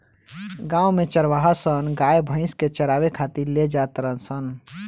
गांव में चारवाहा सन गाय भइस के चारावे खातिर ले जा तारण सन